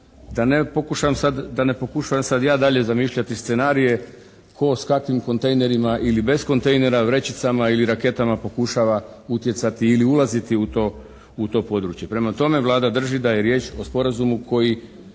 da ne pokušavam sad ja dalje zamišljati scenarije tko s kakvim kontejnerima ili bez kontejnera, vrećicama ili raketama pokušava utjecati ili ulaziti u to područje. Prema tome, Vlada drži da je riječ o sporazumu koji